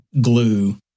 glue